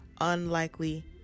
Unlikely